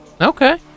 Okay